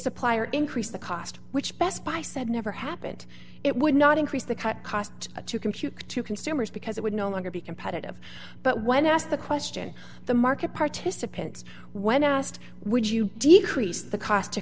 supplier increase the cost which best buy said never happened it would not increase the cut cost to compute to consumers because it would no longer be competitive but when asked the question the market participants when asked would you decrease the cost to